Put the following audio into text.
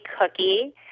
cookie